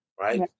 right